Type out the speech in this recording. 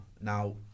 Now